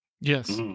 Yes